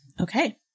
Okay